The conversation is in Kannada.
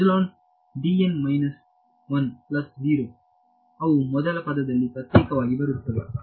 ವಿದ್ಯಾರ್ಥಿ epsilon D n minus 1 plus 0 ಅವು ಮೊದಲ ಪದದಲ್ಲಿ ಪ್ರತ್ಯೇಕವಾಗಿ ಬರುತ್ತವೆ